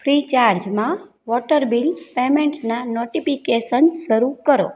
ફ્રીચાર્જમાં water bill પેમૅન્ટ્સના notification શરૂ કરો